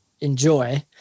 enjoy